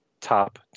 Top